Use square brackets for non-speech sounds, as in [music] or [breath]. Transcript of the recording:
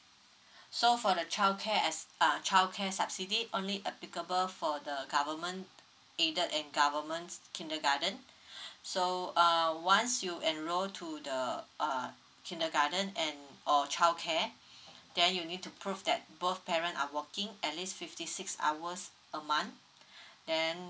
[breath] so for the childcare as~ uh childcare subsidy only applicable for the government aided and government's kindergarten [breath] so uh once you enrol to the uh kindergarten and or childcare [breath] then you'll need to prove that both parent are working at least fifty six hours a month [breath] then